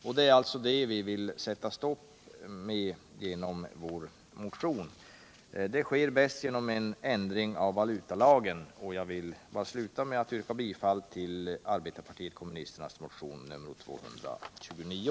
Men det är detta vi vill sätta stopp för. och det sker bäst genom en ändring av valutalagen. Jag vill sluta med att yrka bifall till arbetarpartiet kommunisternas motion nr 229.